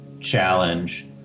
challenge